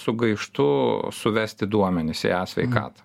sugaištu suvesti duomenis į e sveikat